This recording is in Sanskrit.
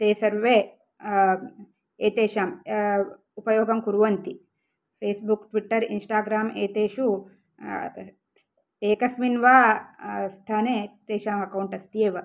ते सर्वे एतेषाम् उपयोगं कुर्वन्ति फ़ेस्बुक् ट्विटर् इन्स्टाग्राम् एतेषु एकस्मिन् वा स्थाने तेषां अकौण्ट् अस्त्येव